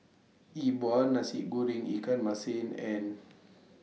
Yi Bua Nasi Goreng Ikan Masin and